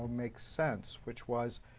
know, make sense. which was,